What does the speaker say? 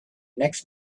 next